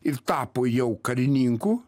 ir tapo jau karininkų